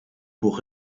pour